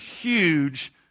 huge